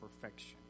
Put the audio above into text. perfection